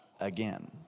again